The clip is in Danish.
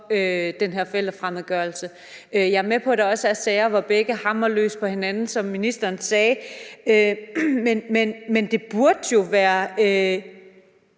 den her forældrefremmedgørelse. Jeg er med på, at der også er sager, hvor begge hamrer løs på hinanden, som ministeren sagde, men det burde jo være –